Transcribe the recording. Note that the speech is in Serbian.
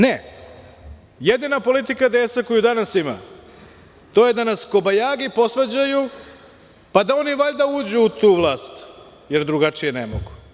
Ne, jedina politika DS koju danas ima je da nas kobajagi posvađaju, pa da oni valjda uđu u tu vlast, jer drugačije ne mogu.